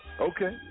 Okay